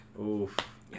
Oof